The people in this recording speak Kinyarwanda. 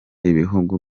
ibihugu